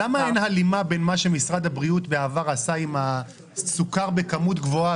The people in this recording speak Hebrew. למה אין הלימה בין מה שמשרד הבריאות עשה בעבר עם הסוכר בכמות גבוהה,